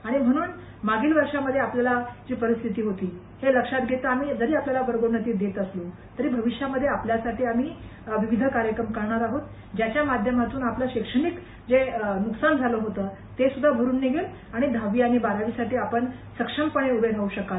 आणि म्हणून मागील वर्षामधे आपल्याला जी परिस्थिती होती ते लक्षात घेता जरी आम्ही आपल्याला वर्गोन्नती देत असलो तरी भविष्यामधे आपल्यासाठी आम्ही विविध कार्यक्रम करणार आहोत ज्याच्या माध्यमातून आपलं शैक्षणिक जे नुकसान झालं होतं ते सुध्दा भरून निघेल आणि दहावी आणि बारावीसाठी आपण सक्षमपणे उभे राह शकाल